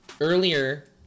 earlier